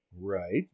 Right